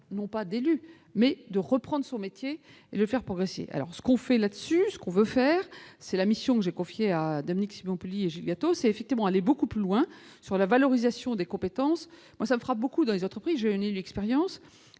non pas d'élus mais de reprendre son métier et le faire progresser, alors ce qu'on fait là-dessus, ce qu'on veut faire, c'est la mission que j'ai confiée à Dominique Simonpoli et GIAT effectivement aller beaucoup plus loin sur la valorisation des compétences, moi ça me fera beaucoup dans les entreprises, l'expérience